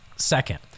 Second